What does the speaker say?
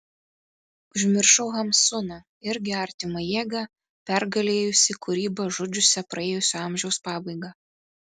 užmiršau hamsuną irgi artimą jėgą pergalėjusį kūrybą žudžiusią praėjusio amžiaus pabaigą